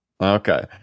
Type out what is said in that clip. Okay